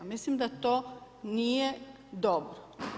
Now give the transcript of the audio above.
Mislim da to nije dobro.